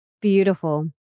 Beautiful